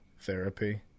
therapy